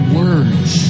words